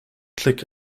click